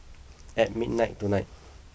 at midnight tonight